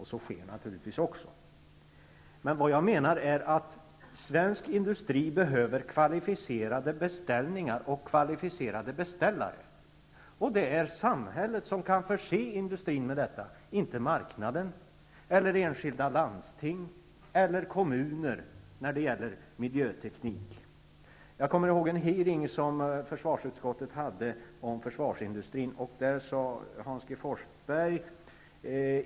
Så sker naturligtvis också. Jag menar dock att svensk industri behöver kvalificerade beställningar och kvalificerade beställare. Det är samhället som kan förse industrin med detta när det gäller miljöteknik -- inte marknaden, enskilda landsting eller kommuner. Försvarsutskottet hade en hearing om försvarsindustrin.